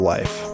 Life